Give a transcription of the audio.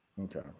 Okay